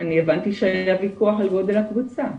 אני הבנתי שהוויכוח הוא על גודל הקבוצה.